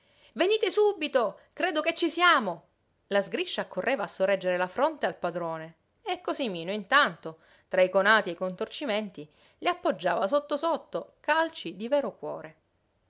venite subito credo che ci siamo la sgriscia accorreva a sorreggere la fronte al padrone e cosimino intanto tra i conati e i contorcimenti le appoggiava sotto sotto calci di vero cuore